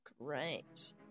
Great